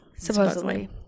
Supposedly